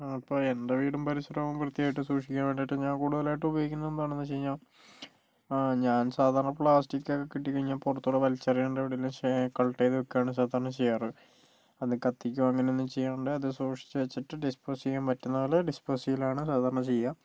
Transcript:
അപ്പോൾ എൻ്റെ വീടും പരിസരവും വൃത്തിയായിട്ട് സൂക്ഷിക്കാൻ വേണ്ടിട്ട് ഞാൻ കൂടുതലായിട്ടും ഉപയോഗിക്കുന്നതെന്താണെന്നു വച്ചു കഴിഞ്ഞാൽ ഞാൻ സാധാരണ പ്ലാസ്റ്റിക്കൊക്കെ കിട്ടിക്കഴിഞ്ഞാൽ പുറത്തൊക്കെ വലിച്ചെറിയാണ്ട് എവിടേലും കളക്ട് ചെയ്ത് വയ്ക്കാണ് സാധാരണ ചെയ്യാറ് അത് കത്തിക്കുക അങ്ങനെ ഒന്നും ചെയ്യാണ്ട് അത് സൂക്ഷിച്ചു വെച്ചിട്ട് ഡിസ്പോസ് ചെയ്യാൻ പറ്റുന്ന പോലെ ഡിസ്പോസ് ചെയ്യലാണ് സാധാരണ ചെയ്യുക